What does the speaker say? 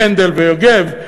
קנדל ויוגב,